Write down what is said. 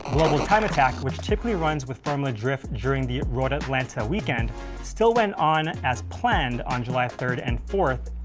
global time attack which typically runs with formula drift during the road atlanta weekend still went on as planned on july third and fourth,